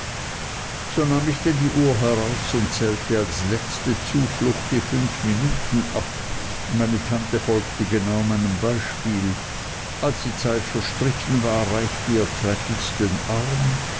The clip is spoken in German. so nahm ich denn die uhr heraus und zählte als letzte zuflucht die fünf minuten ab meine tante folgte genau meinem beispiel als die zeit verstrichen war reichte ihr traddles den arm